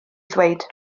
ddweud